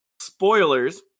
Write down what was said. spoilers